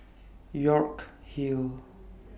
York Hill